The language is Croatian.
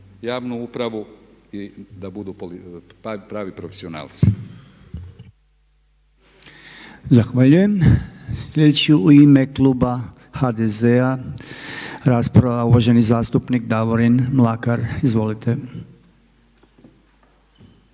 javnu upravu i da budu pravi profesionalci.